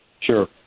Sure